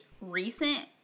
recent